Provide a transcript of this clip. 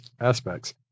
aspects